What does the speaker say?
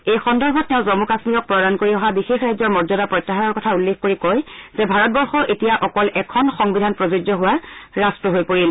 এই সন্দৰ্ভত তেওঁ জম্মু কাশ্মীৰক প্ৰদান কৰি অহা বিশেষ ৰাজ্যৰ মৰ্যাদা প্ৰত্যাহাৰৰ কথা উল্লেখ কৰি কয় যে ভাৰতবৰ্ষ এতিয়া অকল এখন সংবিধান প্ৰযোজ্য হোৱা এখন ৰট্ট হৈ পৰিল